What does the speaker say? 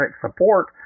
support